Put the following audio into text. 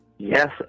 yes